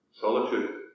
solitude